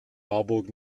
marburg